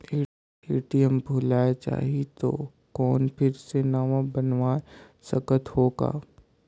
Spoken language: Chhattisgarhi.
ए.टी.एम भुलाये जाही तो कौन फिर से नवा बनवाय सकत हो का?